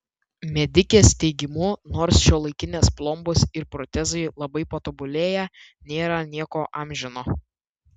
medikės teigimu nors šiuolaikinės plombos ir protezai labai patobulėję nėra nieko amžino